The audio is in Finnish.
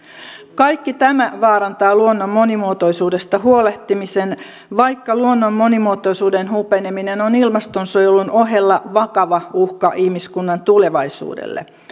kaikki tämä vaarantaa luonnon monimuotoisuudesta huolehtimisen vaikka luonnon monimuotoisuuden hupeneminen on ilmastonsuojelun ohella vakava uhka ihmiskunnan tulevaisuudelle